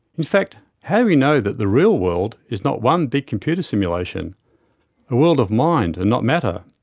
in fact, how do we know that the real world is not one big computer simulation a world of mind and not matter?